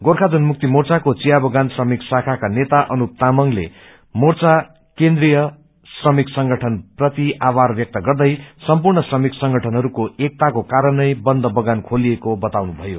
गोर्खा जनमुक्ति मोर्चाको चिया बगान श्रमिक शाखाका नेता अनुप तामंगले मोर्चा केन्द्रिय श्रमिक संगठन प्रति आभार व्यक्त गर्दै सम्पूर्ण श्रमिक संगठनहरूको एकताको कारण नै बन्द बगान खोलिएको बताउनुभयो